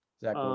Zach